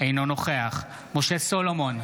אינו נוכח משה סולומון,